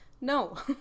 No